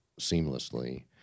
seamlessly